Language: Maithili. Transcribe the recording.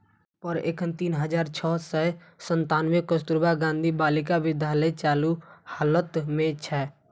पर एखन तीन हजार छह सय सत्तानबे कस्तुरबा गांधी बालिका विद्यालय चालू हालत मे छै